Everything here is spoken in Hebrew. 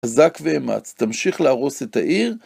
חזק ואמץ, תמשיך להרוס את העיר